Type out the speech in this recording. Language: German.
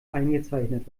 eingezeichnet